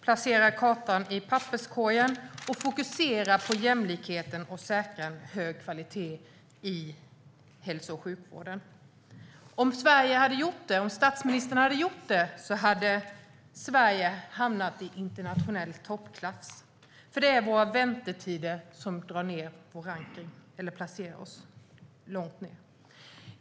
Placera kartan i papperskorgen, och fokusera på jämlikheten och på att säkra en hög kvalitet i hälso och sjukvården. Om statsministern hade gjort så hade Sverige hamnat i internationell toppklass. Det är väntetiderna som placerar Sverige långt ned i rankningen.